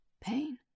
pain